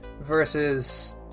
versus